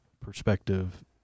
perspective